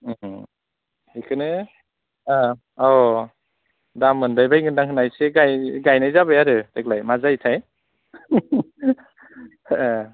एखोनो औ दाम मोनबाय बायगोनदां होनना एसे गायनाय जाबाय आरो देग्लाय मा जायोथाय ए